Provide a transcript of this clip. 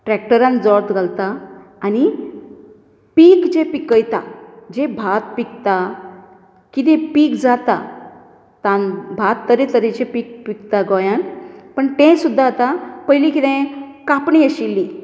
ट्रेक्टरान जोत घालता आनी पीक जें पिकयता जें भात पिकता कितें पीक जाता तांंक भात तरेतरेचे पिक पिकता गोयांत पण ते सूद्दां आता पयली कितें कांपणी आशिल्ली